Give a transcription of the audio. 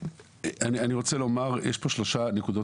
אני רוצה לומר שיש כאן שלוש נקודות